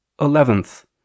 Eleventh